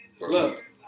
Look